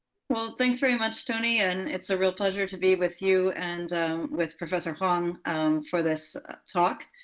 well, thanks, very much, tony. and it's a real pleasure to be with you and with professor huang and for this talk.